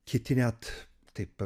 kiti net taip